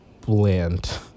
bland